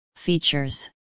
Features